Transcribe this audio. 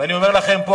ואני אומר לכם פה,